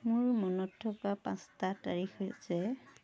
মোৰ মনত থকা পাঁচটা তাৰিখ হৈছে